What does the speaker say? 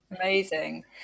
Amazing